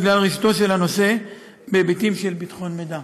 בגלל רגישותו של הנושא בהיבטים של ביטחון מידע.